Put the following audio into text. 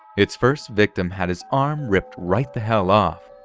its first victim has his arm ripped right the hell off,